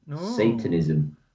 Satanism